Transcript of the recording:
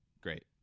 Great